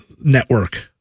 network